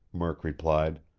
murk replied.